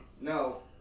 No